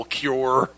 cure